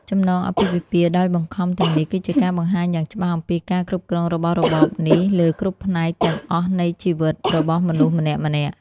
ចំណងអាពាហ៍ពិពាហ៍ដោយបង្ខំទាំងនេះគឺជាការបង្ហាញយ៉ាងច្បាស់អំពីការគ្រប់គ្រងរបស់របបនេះលើគ្រប់ផ្នែកទាំងអស់នៃជីវិតរបស់មនុស្សម្នាក់ៗ។